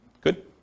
Good